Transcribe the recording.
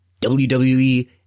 WWE